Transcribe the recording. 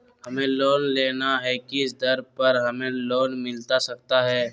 हमें लोन लेना है किस दर पर हमें लोन मिलता सकता है?